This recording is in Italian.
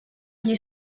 gli